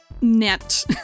net